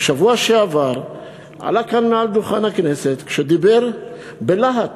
בשבוע שעבר עלה כאן, על דוכן הכנסת, דיבר בלהט